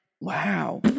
wow